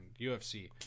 UFC